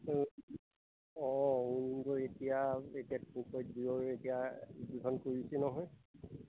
অঁ এতিয়া এতিয়া এতিয়া উদ্ধোধন কৰিছে নহয়